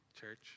Church